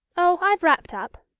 oh, i've wrapped up.